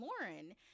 lauren